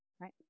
Right